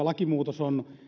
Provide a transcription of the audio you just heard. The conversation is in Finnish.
lakimuutos on